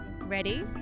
Ready